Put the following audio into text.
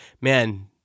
man